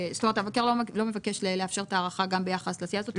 זאת אומרת המבקר לא מבקש לאפשר את ההארכה גם ביחס לסיעה הזאת,